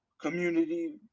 community